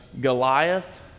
Goliath